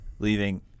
leaving